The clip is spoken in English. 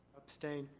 abstain.